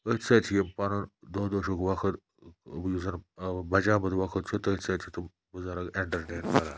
أتھۍ سۭتۍ چھِ یِم پَنُن دۄہ دۄہ چھُکھ وقت یُس زَن بَچامُت وقت چھُ تٔتھۍ سۭتۍ چھِ تٕم بُزَرٕگ اٮ۪نٹرٹین کَران